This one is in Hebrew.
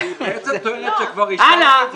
היא בעצם טוענת שכבר אישרתם את זה.